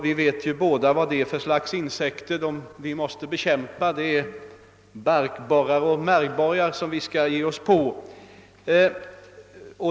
Vi vet ju båda vad det är för slags insekter vi måste bekämpa; det är barkborrar och märgborrar vi skall ge oss på.